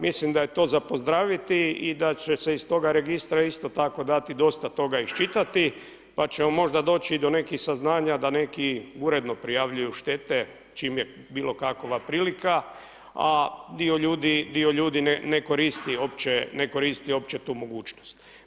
Mislim da je to za pozdraviti i da će se iz toga registra isto tako dati dosta toga iščitati pa ćemo možda doći i do nekih saznanja da neki uredno prijavljuju štete čim je bilo kakva prilika a dio ljudi ne koristi uopće tu mogućnost.